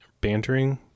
bantering